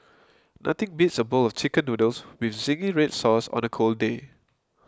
nothing beats a bowl of Chicken Noodles with Zingy Red Sauce on a cold day